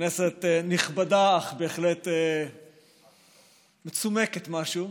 כנסת נכבדה, אך בהחלט מצומקת משהו.